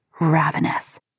ravenous